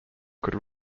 could